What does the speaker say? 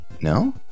No